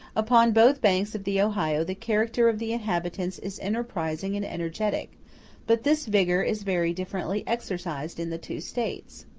upon both banks of the ohio, the character of the inhabitants is enterprising and energetic but this vigor is very differently exercised in the two states.